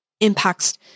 impacts